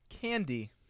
candy